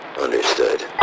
Understood